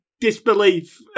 disbelief